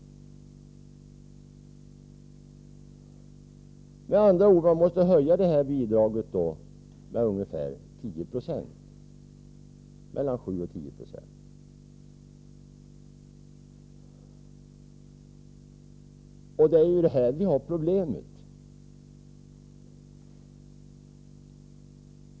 Man måste med andra ord höja statsbidraget med mellan 7 och 10 96. Här har vi problemet.